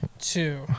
two